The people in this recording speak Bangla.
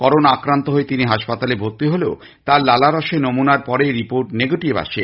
করোনা আক্রান্ত হয়ে তিনি হাসপাতালে ভর্তি হলেও তার লালারসের নমুনায় পরে রিপোর্ট নেগেটিভ আসে